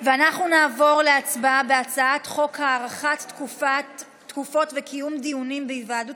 אנחנו נעבור להצבעה על הצעת חוק הארכת תקופות וקיום דיונים בהיוועדות